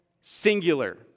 Singular